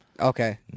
Okay